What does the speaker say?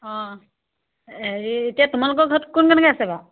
অঁ হেৰি এতিয়া তোমালোকৰ ঘৰত কোন কেনেকে আছে বাৰু